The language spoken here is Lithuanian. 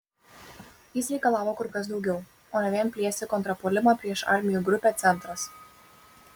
jis reikalavo kur kas daugiau o ne vien plėsti kontrpuolimą prieš armijų grupę centras